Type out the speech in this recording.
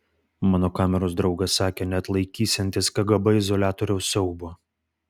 mano kameros draugas sakė neatlaikysiantis kgb izoliatoriaus siaubo